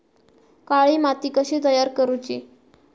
काळी माती कशी तयार करूची?